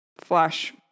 flash